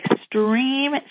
extreme